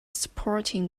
supporting